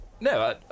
no